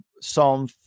Psalm